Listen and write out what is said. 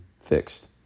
fixed